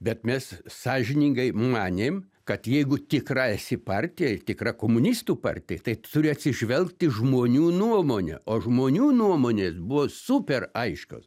bet mes sąžiningai manėm kad jeigu tikra esi partija ir tikra komunistų partija tai turi atsižvelgt į žmonių nuomonę o žmonių nuomonės buvo super aiškios